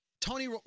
Tony